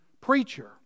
preacher